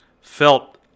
felt